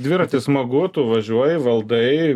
dviratis smagu tu važiuoji valdai